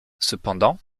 cependant